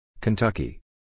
Kentucky